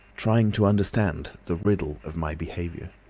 trying to understand the riddle of my behaviour.